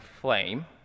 Flame